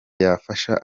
yafasha